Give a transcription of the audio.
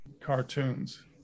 cartoons